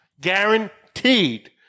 guaranteed